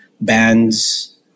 bands